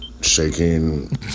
shaking